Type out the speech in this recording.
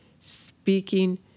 speaking